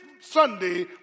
Sunday